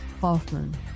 Hoffman